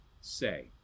say